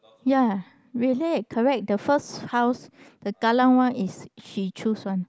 ya really correct the first house the Kallang one is she choose one